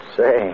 Say